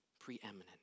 preeminent